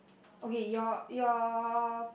okay your your